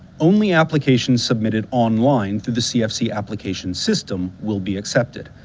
only applications submitted online through the cfc application system will be accepted.